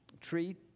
treat